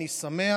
אני שמח.